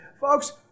Folks